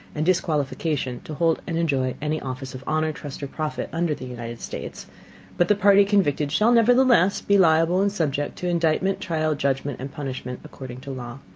and disqualification to hold and enjoy any office of honor, trust or profit under the united states but the party convicted shall nevertheless be liable and subject to indictment, trial, judgment and punishment, according to law.